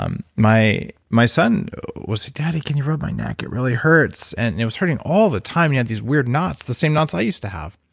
um my my son was, daddy, can you rub my neck? it really hurts. and it was hurting all the time and he had these weird knots, the same knots i used to have.